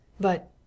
But